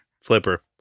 Flipper